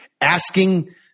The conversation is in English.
asking